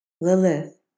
Lilith